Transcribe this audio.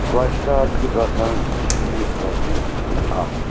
گۄشتاب چھُ گژھان شیٖتھ رۄپیہِ اَکھ